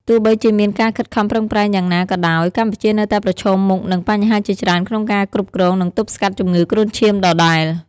ទោះបីជាមានការខិតខំប្រឹងប្រែងយ៉ាងណាក៏ដោយ កម្ពុជានៅតែប្រឈមមុខនឹងបញ្ហាជាច្រើនក្នុងការគ្រប់គ្រង និងទប់ស្កាត់ជំងឺគ្រុនឈាមដដែល។